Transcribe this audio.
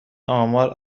امار